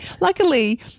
luckily